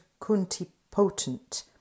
kuntipotent